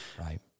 Right